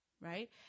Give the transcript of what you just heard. right